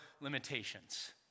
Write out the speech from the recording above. limitations